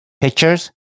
pictures